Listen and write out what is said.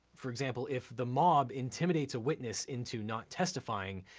for example, if the mob intimidates a witness into not testifying,